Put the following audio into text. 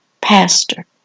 Pastor